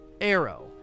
arrow